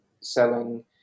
selling